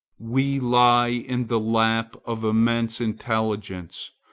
we lie in the lap of immense intelligence,